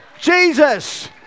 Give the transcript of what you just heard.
Jesus